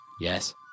Yes